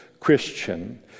Christian